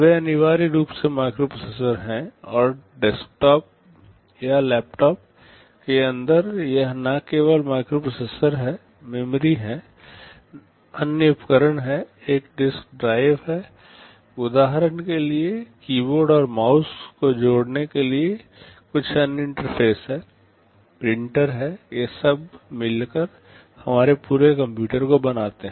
वे अनिवार्य रूप से माइक्रोप्रोसेसर हैं और डेस्कटॉप या लैपटॉप के अंदर यह न केवल माइक्रोप्रोसेसर है मेमोरी हैं अन्य उपकरण हैं एक डिस्क ड्राइव है उदाहरण के लिए कीबोर्ड और माउस को जोड़ने के लिए कुछ अन्य इंटरफेस हैं प्रिंटर है ये सब मिलकर हमारे पूरे कंप्यूटर को बनाते हैं